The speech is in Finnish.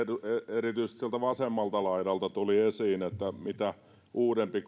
erityisesti sieltä vasemmalta laidalta tuli esiin että mitä uudempi